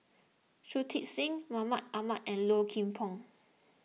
Shui Tit Sing Mahmud Ahmad and Low Kim Pong